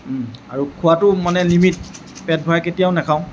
ও আৰু খোৱাটো মানে লিমিট পেট ভৰাই কেতিয়াও নেখাওঁ